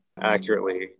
accurately